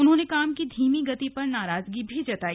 उन्होंने काम की धीमी प्रगति पर नाराजगी भी जताई